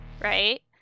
right